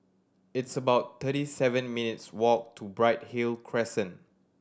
it's about thirty seven minutes walk to Bright Hill Crescent